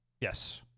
Yes